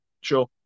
sure